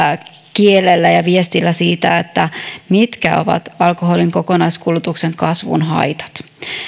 kielellä ja viestillä siitä mitkä ovat alkoholin kokonaiskulutuksen kasvun haitat